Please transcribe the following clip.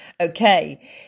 Okay